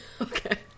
okay